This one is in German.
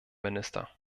minister